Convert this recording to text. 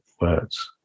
words